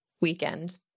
weekend